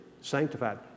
Sanctified